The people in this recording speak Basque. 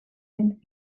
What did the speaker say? den